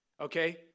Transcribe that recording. Okay